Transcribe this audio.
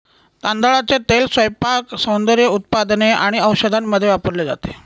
तांदळाचे तेल स्वयंपाक, सौंदर्य उत्पादने आणि औषधांमध्ये वापरले जाते